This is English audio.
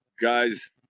guys